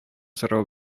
сорау